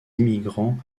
immigrants